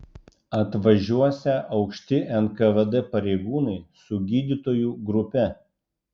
atvažiuosią aukšti nkvd pareigūnai su gydytojų grupe